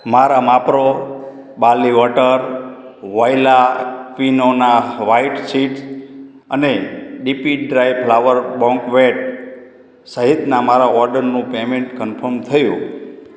મારા Mapro barley water voila ક્વીનોના white seeds અને ડીપી ડ્રાય ફ્લાવર બોન્ક્વેટ સહિતના મારા ઓર્ડરનું પેમેંટ કન્ફર્મ થયું